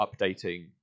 updating